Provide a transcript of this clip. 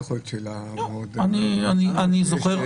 אני זוכר